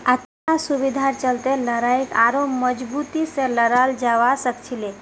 अच्छा सुविधार चलते लड़ाईक आढ़ौ मजबूती से लड़ाल जवा सखछिले